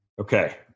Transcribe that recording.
Okay